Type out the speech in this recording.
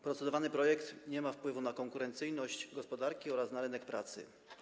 Procedowany projekt nie ma wpływu na konkurencyjność gospodarki ani na rynek pracy.